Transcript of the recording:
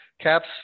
caps